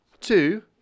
two